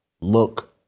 look